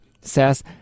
says